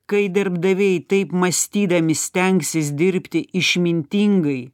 kai darbdaviai taip mąstydami stengsis dirbti išmintingai